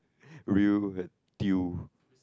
real deal